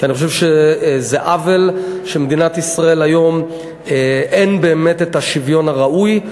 כי אני חושב שזה עוול שבמדינת ישראל היום אין באמת שוויון ראוי.